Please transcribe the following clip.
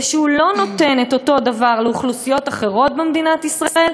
ושהוא לא נותן את אותו דבר לאוכלוסיות אחרות במדינת ישראל,